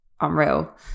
unreal